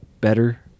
better